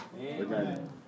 Amen